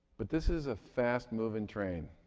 but this is a fast-moving train.